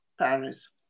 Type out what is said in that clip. Paris